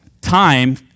time